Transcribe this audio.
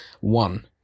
one